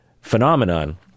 phenomenon